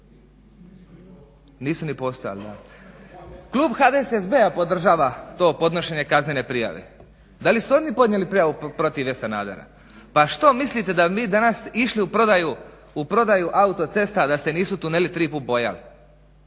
Nisu ni postojali, da. Klub HDSSB-a podržava to podnošenje kaznene prijave, da li su oni podnijeli prijavu protiv Ive Sanadera? Pa što mislite da bi mi danas išli u prodaju autocesta da se nisu tuneli triput bojali?